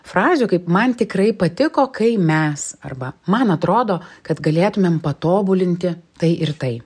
frazių kaip man tikrai patiko kai mes arba man atrodo kad galėtumėm patobulinti tai ir tai